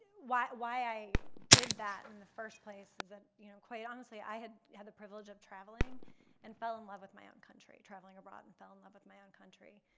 why why i did that in the first place is that, you know, quite honestly, i had had the privilege of traveling and fell in love with my own country. traveling around and fell in love with my own country,